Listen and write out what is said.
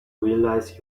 realize